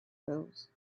pools